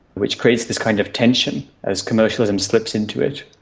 which creates this kind of tension as commercialism slips into it.